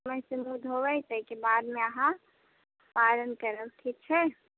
दतमइनसँ मुँह धोबै ताहिके बादमे अहाँ पारन करब ठीक छै